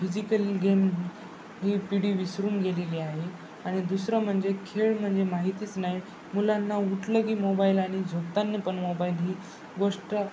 physical game ही पिढी विसरून गेलेली आहे आणि दुसरं म्हणजे खेळ म्हणजे माहितीच नाही मुलांना उठलं की मोबाईल आणि झोपताना पण मोबाईल ही गोष्ट